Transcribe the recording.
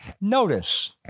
Notice